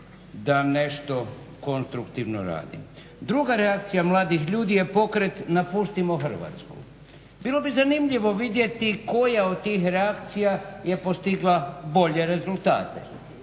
da nešto konstruktivno radim. Druga reakcija mladih ljudi je pokret napustimo Hrvatsku. Bilo bi zanimljivo vidjeti koja od tih reakcija je postigla bolje rezultate.